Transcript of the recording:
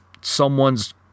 someone's